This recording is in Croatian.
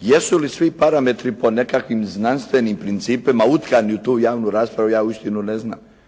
Jesu li svi parametri po nekakvim znanstvenim principima utkani u tu javnu raspravu, ja uistinu ne znam.